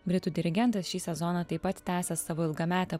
britų dirigentas šį sezoną taip pat tęsė savo ilgametę